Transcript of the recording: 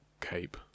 cape